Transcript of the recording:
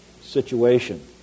situation